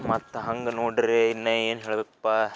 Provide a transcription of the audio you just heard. ಮತ್ತು ಹಂಗೆ ನೋಡಿರಿ ಇನ್ನೂ ಏನು ಹೇಳಬೇಕಪ್ಪ